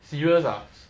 serious ah